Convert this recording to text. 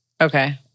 Okay